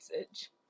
message